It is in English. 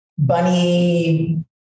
bunny